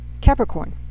Capricorn